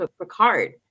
Picard